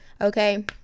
Okay